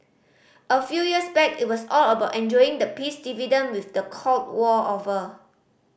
a few years back it was all about enjoying the peace dividend with the Cold War over